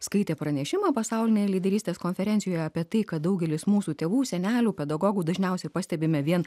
skaitė pranešimą pasaulinėje lyderystės konferencijoje apie tai kad daugelis mūsų tėvų senelių pedagogų dažniausiai pastebime vien